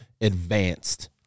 advanced